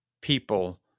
people